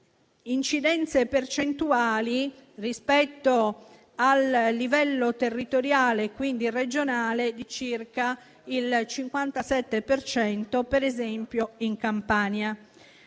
incidenze percentuali rispetto al livello territoriale (quindi regionale) di circa il 57 per cento, ad esempio in Campania